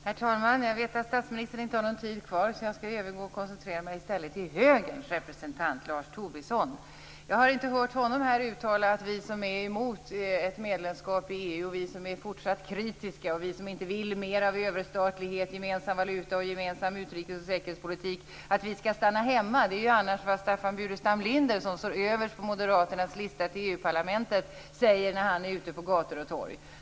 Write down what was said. Herr talman! Jag vet att statsministern inte har någon talartid kvar. Jag skall i stället koncentrera mig på högerns representant Lars Tobisson. Jag har inte hört honom till oss som är emot ett medlemskap i EU - vi som är fortsatt kritiska och inte vill ha mer av överstatlighet och som inte vill ha gemensam valuta och gemensam utrikes och säkerhetspolitik - här säga att vi skall stanna hemma. Det är annars vad Staffan Burenstam-Linder, som står överst på moderaternas lista till Europaparlamentet, säger när han är ute på gator och torg.